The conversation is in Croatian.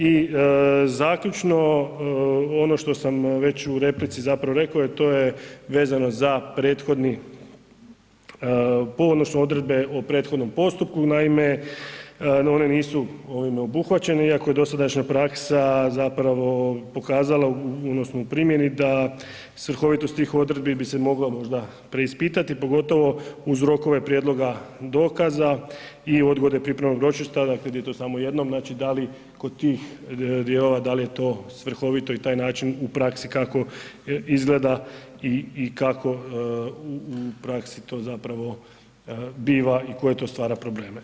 I zaključno ono što sam već u replici zapravo rekao to je vezano za prethodni, odnosno odredbe o prethodnom postupku, naime, one nisu ovime obuhvaćene iako je dosadašnja praksa zapravo pokazala, odnosno u primjeni da svrhovitost tih odredbi bi se mogla možda preispitati pogotovo uz rokove prijedloga dokaza i odgode pripremnog ročišta, dakle ... samo jednom, znači da li kod tih dijelova da li je to svrhovito i taj način u praksi kako izgleda i kako u praksi to zapravo biva i koje to stvara probleme.